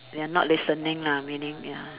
they are not listening lah meaning ya